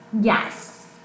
Yes